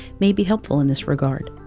may be helpful in this regard,